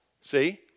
see